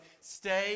stay